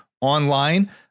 online